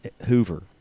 Hoover